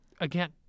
again